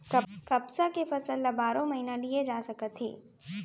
कपसा के फसल ल बारो महिना लिये जा सकत हे